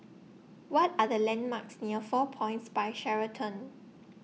What Are The landmarks near four Points By Sheraton